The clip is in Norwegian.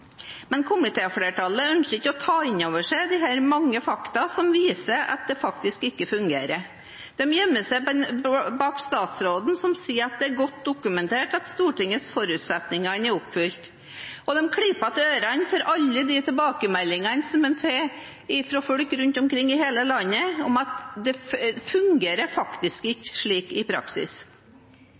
Men komitéflertallet ønsker ikke å ta inn over seg de mange fakta som viser at det faktisk ikke fungerer. De gjemmer seg bak statsråden, som sier at det er godt dokumentert at Stortingets forutsetninger er oppfylt, og de lukker ørene for alle de tilbakemeldingene som en får fra folk rundt omkring i hele landet om at det faktisk ikke fungerer slik i praksis.